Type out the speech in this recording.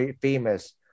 famous